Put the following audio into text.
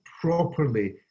properly